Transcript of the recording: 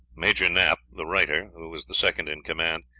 major knapp, the writer, who was the second in command,